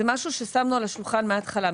זה משהו ששמנו על השולחן מהתחלה.